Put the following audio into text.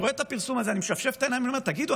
אני רואה את הפרסום הזה ומשפשף את העיניים ואני אומר: תגידו,